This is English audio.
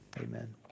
Amen